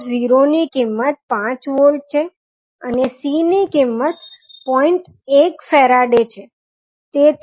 vo ની કિંમત 5 volt છે અને C ની કિંમત 0